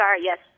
Yes